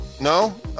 No